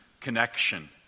connection